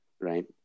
right